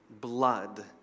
blood